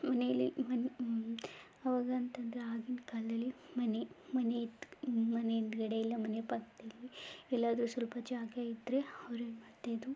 ಮನೆಯಲ್ಲೇ ಹಣ್ಣು ಆವಾಗ ಅಂತ ಅಂದ್ರೆ ಆಗಿನ ಕಾಲದಲ್ಲಿ ಮನೆ ಮನೆ ಇತ್ತು ಮನೆ ಹಿಂದ್ಗಡೆ ಇಲ್ಲ ಮನೆ ಪಕ್ಕದಲ್ಲಿ ಎಲ್ಲಾದ್ರೂ ಸ್ವಲ್ಪ ಜಾಗ ಇದ್ದರೆ ಅವ್ರೇನು ಮಾಡ್ತಾಯಿದ್ದರು